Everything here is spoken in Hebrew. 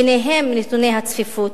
ביניהם נתוני הצפיפות,